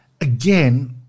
Again